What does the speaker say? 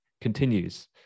continues